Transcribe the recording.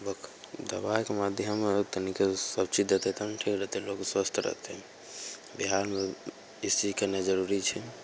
बो दवाइके माध्यम तनिके सबचीज देतै तब ने ठीक रहतै लोक स्वस्थ रहतै बिहारमे ई चीज करनाइ जरूरी छै